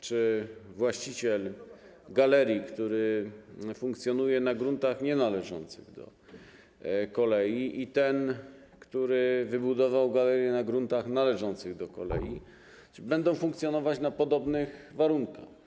Czy właściciel galerii, który funkcjonuje na gruntach nienależących do kolei i ten, który wybudował galerie na gruntach należących do kolei, będą funkcjonować na podobnych warunkach?